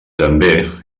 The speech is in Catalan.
també